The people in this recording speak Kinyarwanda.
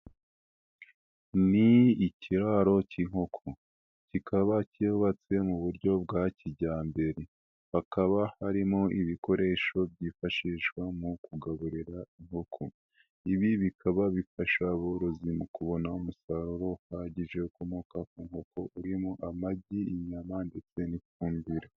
Ni ikiraro cy'inkoko, kikaba cyubatse mu buryo bwa kijyambere, hakaba harimo ibikoresho byifashishwa mu kugaburira inkoko, ibi bikaba bifasha aborozi mu kubona umusaruro uhagije, ukomoka ku nkoko, urimo amagi, inyama ndetse n'ifumbire.